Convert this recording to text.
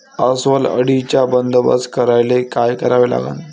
अस्वल अळीचा बंदोबस्त करायले काय करावे लागन?